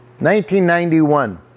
1991